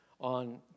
on